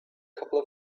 couple